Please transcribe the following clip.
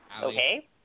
okay